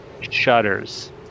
shutters